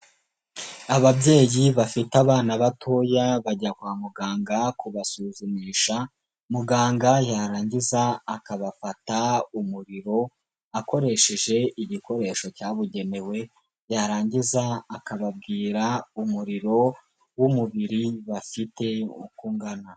Ababyeyi bafite abana batoya, bajya kwa muganga kubasuzumisha, muganga yarangiza akabafata umuriro akoresheje igikoresho cyabugenewe, yarangiza akababwira umuriro w'umubiri bafite uko ungana.